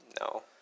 No